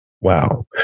wow